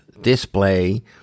display